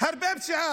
הרבה פשיעה,